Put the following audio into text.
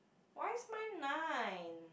why is mine nine